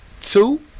two